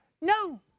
no